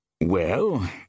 Well